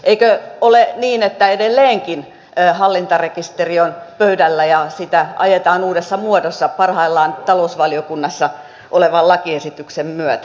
eikö ole niin että edelleenkin hallintarekisteri on pöydällä ja sitä ajetaan uudessa muodossa parhaillaan talousvaliokunnassa olevan lakiesityksen myötä